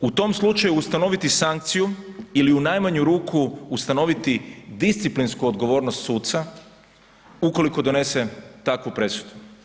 U tom slučaju ustanoviti sankciju ili u najmanju ruku ustanoviti disciplinsku odgovornost suca ukoliko donese takvu presudu.